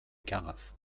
carafe